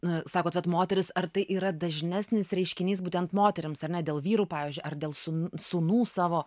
na sakot vat moteris ar tai yra dažnesnis reiškinys būtent moterims ar ne dėl vyrų pavyzdžiui ar dėl su sūnų savo